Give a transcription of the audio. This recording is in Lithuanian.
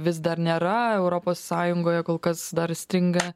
vis dar nėra europos sąjungoje kol kas dar stringa